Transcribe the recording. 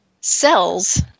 cells